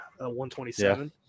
127